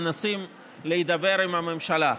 מנסים להידבר עם הממשלה,